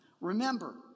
Remember